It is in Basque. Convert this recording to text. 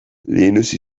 linus